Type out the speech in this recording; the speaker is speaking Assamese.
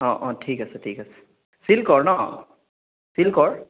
অ' অ' ঠিক আছে ঠিক আছে চিল্কৰ ন চিল্কৰ